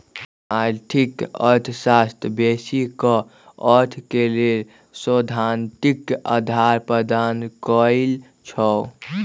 आर्थिक अर्थशास्त्र बेशी क अर्थ के लेल सैद्धांतिक अधार प्रदान करई छै